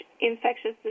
infectious